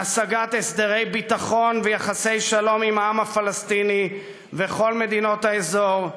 להשגת הסדרי ביטחון ויחסי שלום עם העם הפלסטיני וכל מדינות האזור,